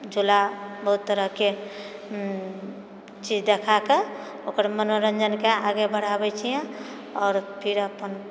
झूला बहुत तरहकेँ चीज देखाएकेँ ओकर मनोरञ्जके आगे बढ़ाबए छिऐ आओर फेर अपन